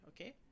Okay